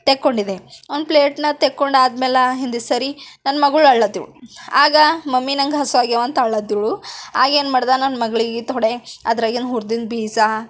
ತಗೊಂಡಿದ್ದೆ ಒಂದು ಪ್ಲೇಟ್ನಾಗ್ ತಗೊಂಡಾದ್ಮೇಲೆ ಹಿಂದಿ ಸರಿ ನನ್ನ ಮಗಳು ಅಳತ್ತೀವ್ ಆಗ ಮಮ್ಮಿ ನನಗೆ ಹಸಿವಾಗ್ಯವ್ ಅಂತ ಅಳತ್ತೀವು ಆಗ ಏನು ಮಾಡ್ದ ನನ್ನ ಮಗಳಿಗೆ ತೋಡೆ ಅದ್ರಗೇನು ಹರ್ದಿಂದ್ ಬೀಜ